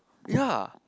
ya